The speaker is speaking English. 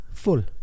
full